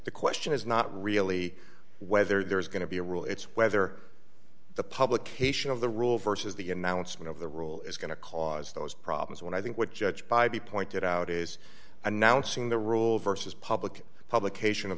the question is not really whether there is going to be a rule it's whether the publication of the rule versus the announcement of the rule is going to cause those problems when i think what judge by be pointed out is announcing the rule versus public publication of